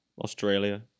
Australia